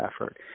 effort